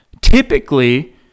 Typically